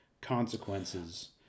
consequences